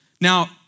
Now